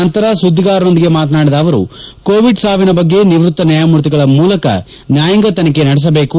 ನಂತರ ಸುದ್ಗಿಗಾರರೊಂದಿಗೆ ಮಾತನಾಡಿದ ಅವರು ಕೋವಿಡ್ ಸಾವಿನ ಬಗ್ಗೆ ನಿವೃತ್ತ ನ್ನಾಯಮೂರ್ತಿಗಳ ಮೂಲಕ ನ್ನಾಯಾಂಗ ತನಿಖೆ ನಡೆಸಬೇಕು